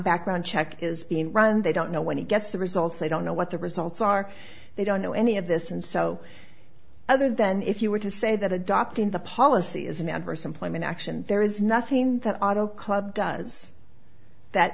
background check is being run they don't know when he gets the results they don't know what the results are they don't know any of this and so other than if you were to say that adopting the policy is an adverse employment action there is nothing that auto club does that